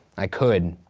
i could,